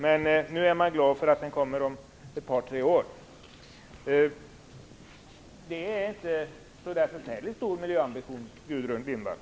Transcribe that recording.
Nu är man i stället glad för att den kommer att träda i kraft om ett par tre år. Det är ingen särskilt stor miljöambition, Gudrun Lindvall.